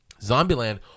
Zombieland